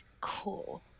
Cool